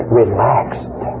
relaxed